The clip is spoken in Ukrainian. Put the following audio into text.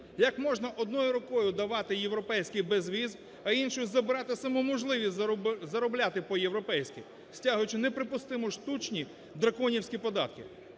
Як можна одною рукою давати європейський безвіз, а іншою забирати саму можливість заробляти по-європейськи, стягуючи неприпустимо штучні драконівські податки.